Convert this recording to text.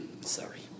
sorry